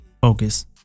focus